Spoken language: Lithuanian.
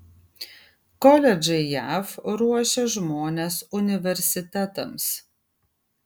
koledžai jav ruošia žmones universitetams